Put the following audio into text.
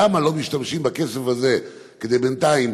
למה לא משתמשים בכסף הזה כדי לממן בינתיים